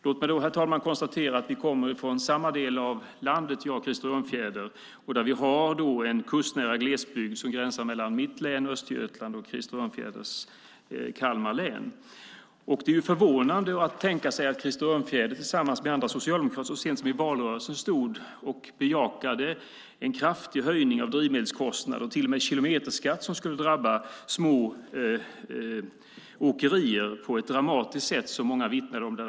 Låt mig då konstatera, herr talman, att Krister Örnfjäder och jag kommer från samma del av landet där vi har en kustnära glesbygd som gränsar mellan mitt län, Östergötland, och Krister Örnfjäders, Kalmar län. Det är förvånande när Krister Örnfjäder tillsammans med andra socialdemokrater så sent som i valrörelsen stod och bejakade en kraftig höjning av drivmedelskostnaden och till och med en kilometerskatt som på ett dramatiskt sätt skulle drabba små åkerier, vilket många vittnar om.